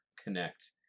connect